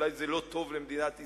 אולי זה לא טוב למדינת ישראל.